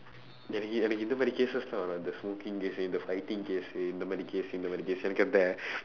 எனக்கு எனக்கு இந்த மாதிரி:enakku enakku indtha maathiri cases தான் இந்த:thaan indtha smoking case இந்த:indtha fighting case இந்த மாதிரி:indtha maathiri cases